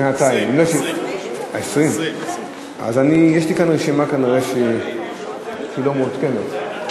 20. 20. אז יש לי כאן כנראה רשימה לא מעודכנת.